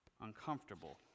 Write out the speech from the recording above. uncomfortable